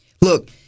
Look